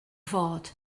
fod